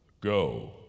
go